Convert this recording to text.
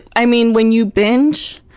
i mean, when you binge,